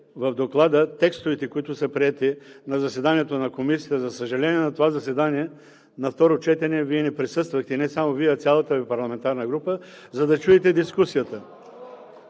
в Доклада текстовете, които са приети на заседанието на Комисията, за съжаление, на това заседание на второ четене Вие не присъствахте, и не само Вие, а цялата Ви парламентарна група, за да чуете дискусията.